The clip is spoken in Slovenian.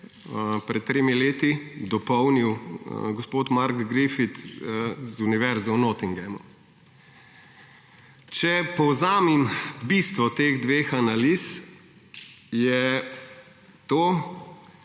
pred tremi leti dopolnil gospod Mark Griffith z univerze v Nottinghamu. Če povzamem bistvo teh dveh analiz, je to,